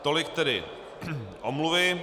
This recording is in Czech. Tolik tedy omluvy.